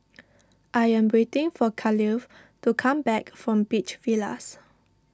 I am waiting for Khalil to come back from Beach Villas